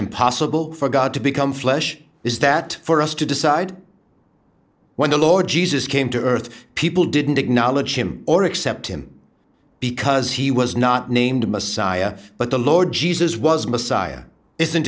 impossible for god to become flesh is that for us to decide when the lord jesus came to earth people didn't acknowledge him or accept him because he was not named messiah but the lord jesus was messiah isn't